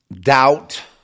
doubt